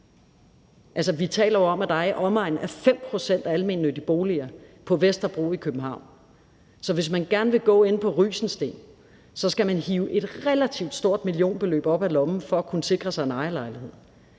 vi taler jo om, at der er i omegnen af 5 pct. almennyttige boliger på Vesterbro i København, så hvis man gerne vil gå inde på Rysensteen Gymnasium, så skal man hive et relativt stort millionbeløb op af lommen for at kunne sikre sig en ejerlejlighed.